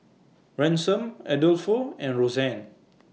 Ransom Adolfo and Rosanne